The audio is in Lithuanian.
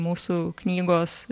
mūsų knygos